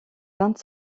vingt